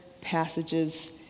passages